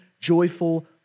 joyful